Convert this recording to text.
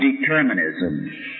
determinism